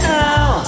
now